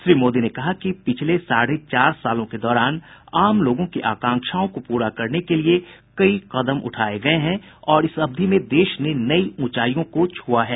श्री मोदी ने कहा कि पिछले साढ़े चार सालों के दौरान आम लोगों की आकांक्षाओं को पूरा करने के लिए कई कदम उठाये गये हैं और इस अवधि में देश ने नई ऊँचाईयों को छुआ है